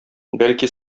бәлки